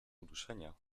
uduszenia